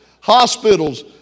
hospitals